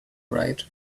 right